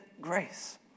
grace